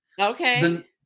Okay